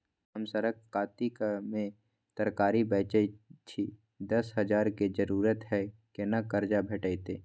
हम सरक कातिक में तरकारी बेचै छी, दस हजार के जरूरत हय केना कर्जा भेटतै?